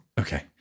Okay